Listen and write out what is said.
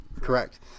Correct